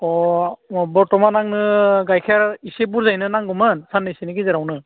अ बर्थमान आंनो गाइखेर एसे बुरजायैनो नांगौमोन साननैसोनि गेजेरावनो